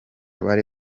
bari